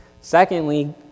Secondly